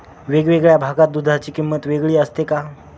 वेगवेगळ्या भागात दूधाची किंमत वेगळी असते का?